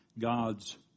God's